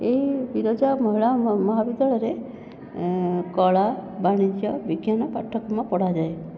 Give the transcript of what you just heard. ଏହି ବିରଜା ମହିଳା ମହାବିଦ୍ୟାଳୟରେ କଳା ବାଣିଜ୍ୟ ବିଜ୍ଞାନ ପାଠ୍ୟକ୍ରମ ପଢ଼ାଯାଏ